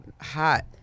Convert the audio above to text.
hot